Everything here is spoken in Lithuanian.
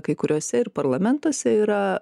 kai kuriuose ir parlamentuose yra